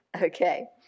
Okay